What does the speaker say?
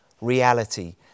reality